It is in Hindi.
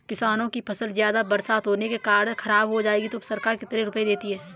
किसानों की फसल ज्यादा बरसात होने के कारण खराब हो जाए तो सरकार कितने रुपये देती है?